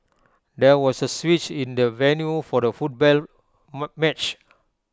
there was A switch in the venue for the football match